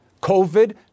COVID